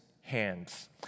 hands